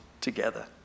together